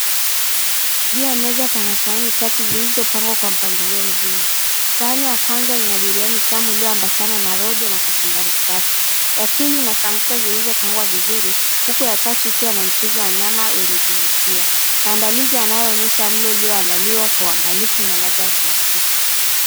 Juu ya meza pana sahani tatu zilizopangwa kwa mpangilio mzuri sahani ya kwanza ina biriyani tamu iliyo ambatana na rojo na kachumbari safi , ya pili ina samosa zilizokaangwa vizuri huku wa tatu ukiwa na mchuuzi wa nyama wenye kuvutia. MaandaIizi yanayoonyesha mlo ulioandaliwa kwa uangalifu na ladha ya KiAfrika.